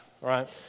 right